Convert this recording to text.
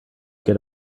get